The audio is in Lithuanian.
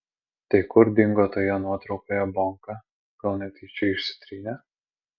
tai kur dingo toje nuotraukoje bonka gal netyčia išsitrynė